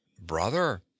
brother